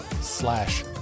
slash